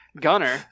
Gunner